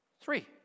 three